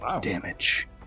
damage